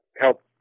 help